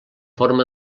forma